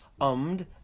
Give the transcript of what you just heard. ummed